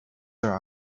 are